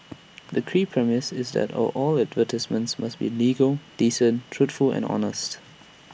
the key premise is that all all advertisements must be legal decent truthful and honest